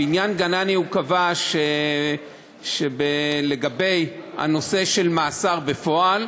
בעניין גנני הוא קבע לגבי הנושא של מאסר בפועל,